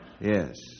Yes